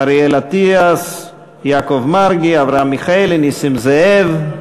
אריאל אטיאס, יעקב מרגי, אברהם מיכאלי, נסים זאב,